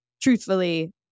truthfully